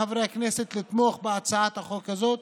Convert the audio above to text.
מחברי הכנסת לתמוך בהצעת החוק הזאת,